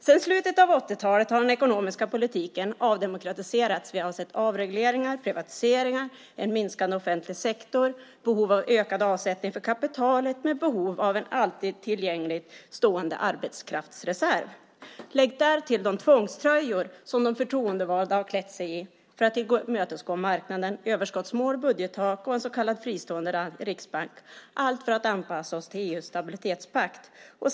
Sedan slutet av 80-talet har den ekonomiska politiken avdemokratiserats. Vi har sett avregleringar, privatiseringar, en minskande offentlig sektor, behov av ökad avsättning för kapitalet med behov av en alltid tillgänglig arbetskraftsreserv. Lägg därtill de tvångströjor som de förtroendevalda har klätt sig i för att tillmötesgå marknaden, överskottsmål, budgettak och en så kallad fristående riksbank - allt för att anpassa oss till EU:s stabilitetspakt.